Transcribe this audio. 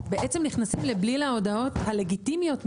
בעצם נכנסים לבליל ההודעות הלגיטימיות מישראכרט.